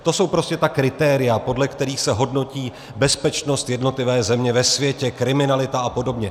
To jsou prostě ta kritéria, podle kterých se hodnotí bezpečnost jednotlivé země ve světě, kriminalita apod.